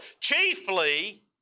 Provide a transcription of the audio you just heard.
Chiefly